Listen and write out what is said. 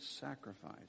sacrifice